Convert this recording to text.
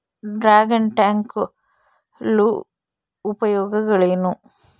Dragon tank ಉಪಯೋಗಗಳೇನು?